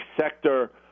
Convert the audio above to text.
sector